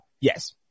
Yes